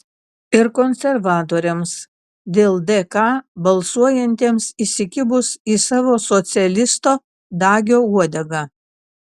ir konservatoriams dėl dk balsuojantiems įsikibus į savo socialisto dagio uodegą